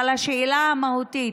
אבל השאלה המהותית: